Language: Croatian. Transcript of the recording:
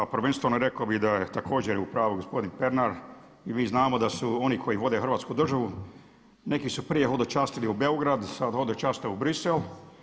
Prvenstveno rekao bih da je također u pravu gospodin Pernar i mi znamo da su oni koji vode Hrvatsku državu neki su prije hodočastili u Beograd, sad hodočaste u Bruxelles.